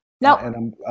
no